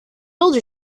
older